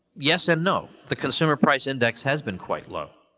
yes and no. the consumer price index has been quite low,